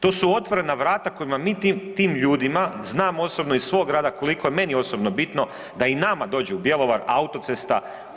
To su otvorena vrata kojima mi tim ljudima, znam osobno iz svog grada koliko je meni osobno bitno da i nama dođe u Bjelovar autocesta.